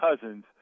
Cousins